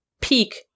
peak